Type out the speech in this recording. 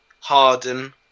Harden